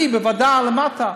אני בוועדה, למטה,